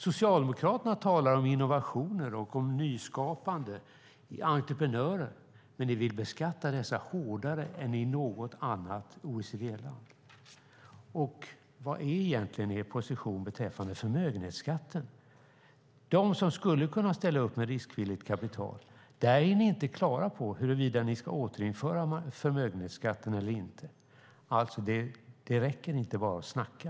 Socialdemokraterna talar om innovationer, nyskapande och entreprenörer. Men de vill beskatta dessa hårdare än i något annat OECD-land. Vad är egentligen er position beträffande förmögenhetsskatten och dem som skulle kunna ställa upp med riskvilligt kapital? Där är ni inte klara på huruvida ni ska återinföra förmögenhetsskatten eller inte. Det räcker inte att bara snacka.